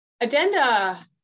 Addenda